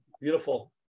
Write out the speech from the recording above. beautiful